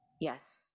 Yes